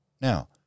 Now